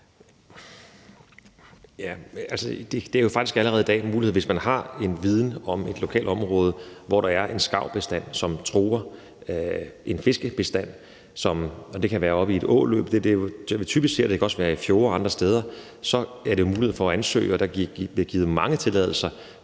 Altså, det er jo faktisk allerede i dag en mulighed, hvis man har en viden om et lokalområde, hvor der er en skarvbestand, som truer en fiskebestand. Det kan være i et åløb; det er typisk der. Det kan også være i fjorde og andre steder. Så er der mulighed for at ansøge om tilladelse,